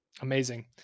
Amazing